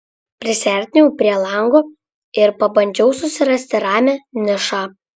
prisiartinau prie lango ir pabandžiau susirasti ramią nišą